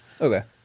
Okay